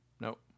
Nope